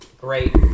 Great